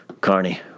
Carney